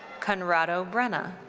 conrado brenna.